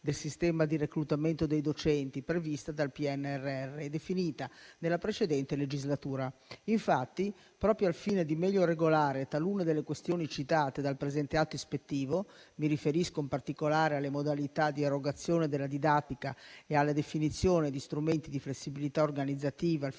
del sistema di reclutamento dei docenti prevista dal PNRR e definita nella precedente legislatura. Infatti, proprio al fine di meglio regolare talune delle questioni citate dal presente atto ispettivo - mi riferisco in particolare alle modalità di erogazione della didattica e alla definizione di strumenti di flessibilità organizzativa al